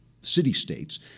city-states